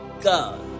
God